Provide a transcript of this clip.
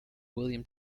william